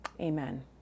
Amen